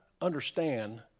understand